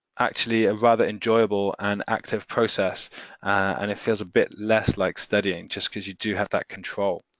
actually a rather enjoyable and active process and it feels a bit less like studying just cause you do have that control.